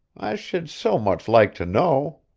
i should so much like to know.